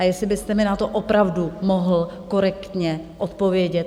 Jestli byste mi na to opravdu mohl korektně odpovědět?